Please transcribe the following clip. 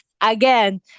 again